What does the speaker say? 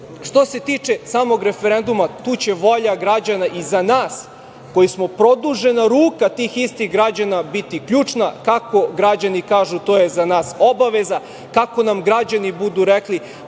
se tiče samog referenduma, tu će volja građana i za nas koji smo produžena ruka tih istih građana biti ključna. Kako građani kažu, to je za nas obaveza. Kako nam građani budu rekli,